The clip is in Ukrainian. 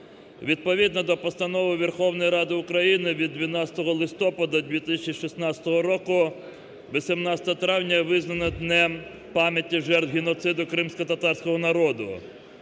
Відповідно до постанови Верховної Ради України від 12 листопада 2016 року 18 травня визнано днем пам'яті жертв геноциду кримськотатарського народу.